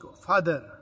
Father